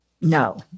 No